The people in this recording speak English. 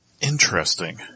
Interesting